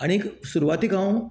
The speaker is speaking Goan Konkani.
आनीक सुरवातेक हांव